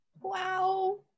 Wow